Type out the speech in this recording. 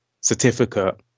certificate